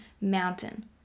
mountain